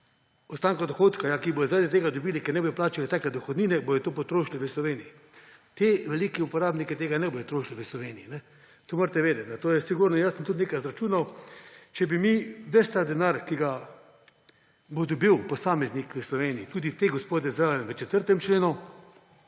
ostanke dohodka, ki jih bodo dobili zaradi tega, ker ne bodo plačali take dohodnine, potrošili v Sloveniji. Ti veliki uporabniki tega ne bodo trošili Sloveniji, to morate vedeti, to je sigurno. Jaz sem tudi nekaj izračunal. Če bi mi ves denar, ki ga bo dobil posameznik v Sloveniji, tudi ti gospodje zraven v 4. členu,